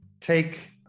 take